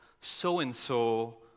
so-and-so